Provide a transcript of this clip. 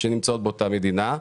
שנמצאות באותה מדינה.